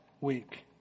week